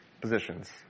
positions